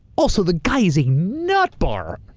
also, the guy is a nutbar!